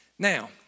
Now